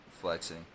flexing